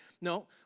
No